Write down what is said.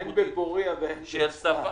אין בפוריה ואין בצפת.